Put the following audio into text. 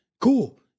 Cool